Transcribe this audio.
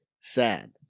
sad